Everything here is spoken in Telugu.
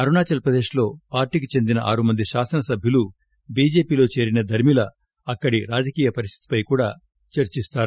అరుణాచల్ ప్రదేశ్లో పార్టీకి చెందిన ఆరుమంది శాసనసభ్యులు బిజెపి లో చేరిన దర్మిలా అక్కడి రాజకీయపరిస్వితిపై కూడా చర్చిస్తారు